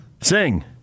Sing